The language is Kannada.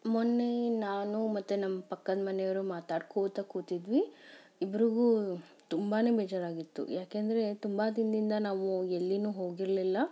ಮೊನ್ನೆ ನಾನು ಮತ್ತು ನಮ್ಮ ಪಕ್ಕದ ಮನೆಯವರು ಮಾತಾಡ್ಕೋತ ಕೂತಿದ್ವಿ ಇಬ್ಬರಿಗೂ ತುಂಬಾ ಬೇಜಾರಾಗಿತ್ತು ಯಾಕೆಂದರೆ ತುಂಬ ದಿನದಿಂದ ನಾವು ಎಲ್ಲಿಯೂ ಹೋಗಿರಲಿಲ್ಲ